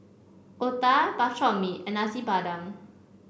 Otah Bak Chor Mee and Nasi Padang